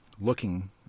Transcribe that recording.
looking